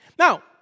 Now